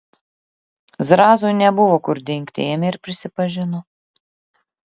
zrazui nebuvo kur dingti ėmė ir prisipažino